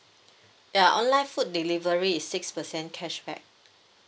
ya online food delivery is six percent cashback